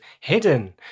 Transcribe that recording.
hidden